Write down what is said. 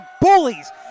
bullies